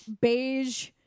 beige